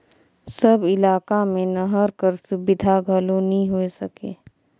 सब इलाका मे नहर कर सुबिधा घलो नी होए सके